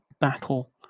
battle